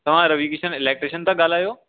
तव्हां रवि किशन इलेक्ट्रिशियन था ॻाल्हायो